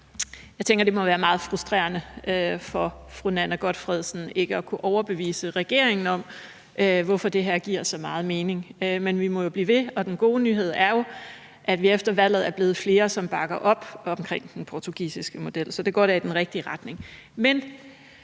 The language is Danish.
Jeg tænker, at det må være meget frustrerende for fru Nanna W. Gotfredsen ikke at kunne overbevise regeringen om, hvorfor det her giver så meget mening, men vi må jo blive ved. Og den gode nyhed er, at vi efter valget er blevet flere, som bakker op om den portugisiske model, så det går da i den rigtige retning. Men